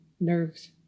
nerves